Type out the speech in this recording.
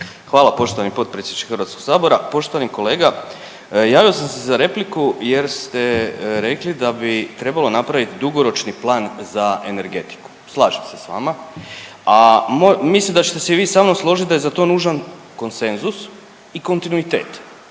Hvala poštovani potpredsjedniče Hrvatskog sabora. Poštovani kolega, javio sam se za repliku jer ste rekli da bi trebalo napraviti dugoročni plan za energetiku. Slažem se sa vama, a mislim da ćete se i vi sa mnom složiti da je za to nužan konsenzus i kontinuitet